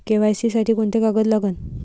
KYC साठी कोंते कागद लागन?